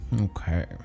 Okay